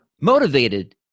motivated